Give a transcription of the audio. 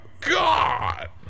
God